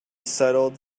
settled